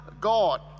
God